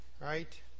right